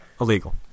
illegal